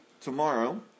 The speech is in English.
tomorrow